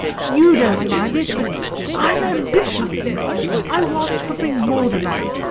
you don't mind it. but i'm ambitions i want something more than that.